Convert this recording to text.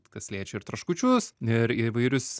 kas liečia ir traškučius ir įvairius